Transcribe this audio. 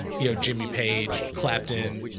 you know, jimmy page clapton,